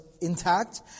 intact